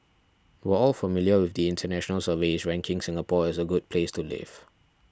we're all familiar with the international surveys ranking Singapore as a good place to live